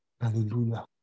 Hallelujah